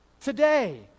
Today